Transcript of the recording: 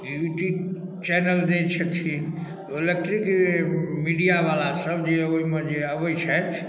YouTube channel जे छथिन electric media वला सब जे ओइमे जे अबै छथि